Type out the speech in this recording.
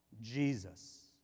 Jesus